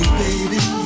baby